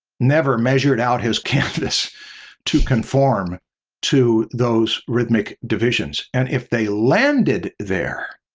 never measured out his canvas to conform to those rhythmic divisions. and if they landed there,